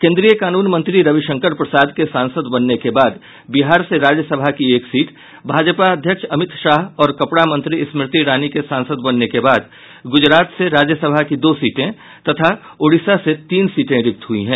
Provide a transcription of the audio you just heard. केन्द्रीय कानून मंत्री रवि शंकर प्रसाद के सांसद बनने के बाद बिहार से राज्यसभा की एक सीट भाजपा अध्यक्ष अमित शाह और कपड़ा मंत्री स्मृति ईरानी के सांसद बनने के बाद गुजरात से राज्यसभा की दो सीटें तथा ओडिशा से तीन सीटें रिक्त हुई हैं